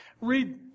Read